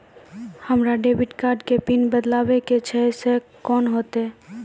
हमरा debit card के pin बदलबावै के छैं से कौन होतै?